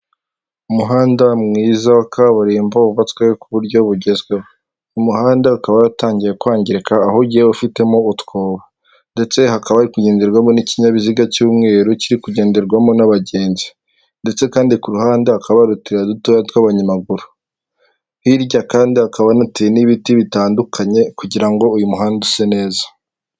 Umuhanda mwiza wa kaburimbo wubatswe ku buryo bugezweho, umuhanda ukaba waratangiye kwangirika aho ugiye ufitemo utwobo ndetse hakaba hari kugenderwamo n'ikinyabiziga cy'umweru kiri kugenderwamo n'abagenzi ndetse kandi ku ruhande hakaba hari utuyira dutoya tw'abanyamaguru, hirya kandi hakaba hanateye n'ibiti bitandukanye kugira ngo uyu muhanda use neza.